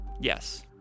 Yes